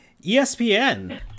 ESPN